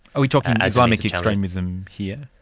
are we talking islamic extremism here?